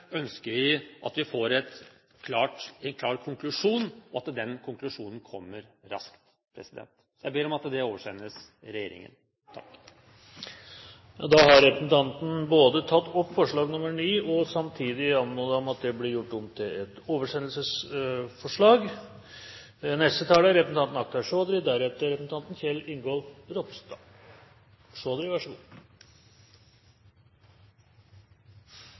ønsker vi at vi får en klar konklusjon, og at den konklusjonen kommer raskt. Så jeg ber om at det oversendes regjeringen. Da har representanten Anders B. Werp tatt opp forslag nr. 9 og samtidig anmodet om at det blir gjort om til et oversendelsesforslag. Jeg har lært både i mitt privatliv og i politikken at det er